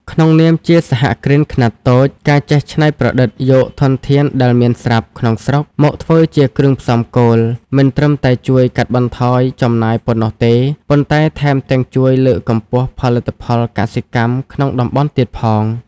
ក្នុងនាមជាសហគ្រិនខ្នាតតូច ការចេះច្នៃប្រឌិតយកធនធានដែលមានស្រាប់ក្នុងស្រុកមកធ្វើជាគ្រឿងផ្សំគោល មិនត្រឹមតែជួយកាត់បន្ថយចំណាយប៉ុណ្ណោះទេ ប៉ុន្តែថែមទាំងជួយលើកកម្ពស់ផលិតផលកសិកម្មក្នុងតំបន់ទៀតផង។